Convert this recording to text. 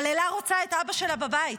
אבל אלה רוצה את אבא שלה בבית.